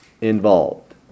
involved